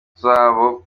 zabo